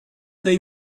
they